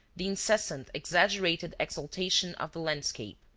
the incessant, exaggerated exaltation of the landscape.